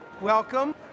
Welcome